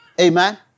Amen